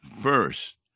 first